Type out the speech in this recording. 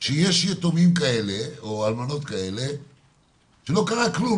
שיש יתומים כאלה, או אלמנות כאלה שלא קרה כלום.